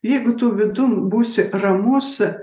jeigu tu vidum būsi ramus